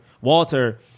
Walter